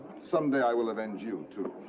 someday i will avenge you, too.